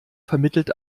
vermittelt